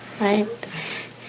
right